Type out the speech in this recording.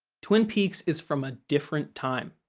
twin peaks is from a different time.